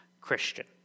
Christian